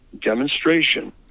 demonstration